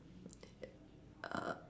err